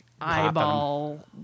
eyeball